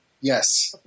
Yes